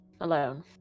Alone